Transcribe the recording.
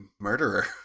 Murderer